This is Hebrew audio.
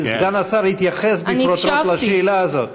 סגן השר התייחס בפרוטרוט לשאלה הזאת.